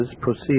proceed